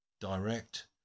Direct